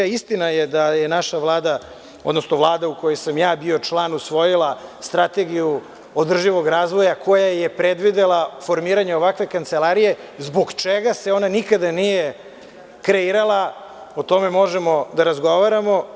Istina je da je naša Vlada, odnosno Vlada u kojoj sam bio član usvojila strategiju održivog razvoja koja je predvidela formiranje ovakve kancelarije zbog čega se ona nikada nije kreirala, o tome možemo da razgovaramo.